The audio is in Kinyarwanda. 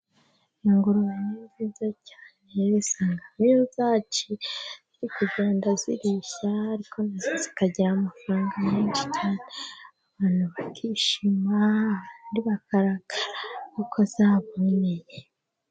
Ingurube ni nziza cyane usanga ziri kugenda zirisha, ariko zikagira amafaranga menshi cyane, abantu bakishima abandi bakarakara kuko zaboneye.